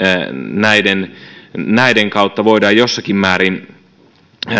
näiden näiden kautta voidaan jossakin määrin